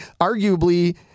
arguably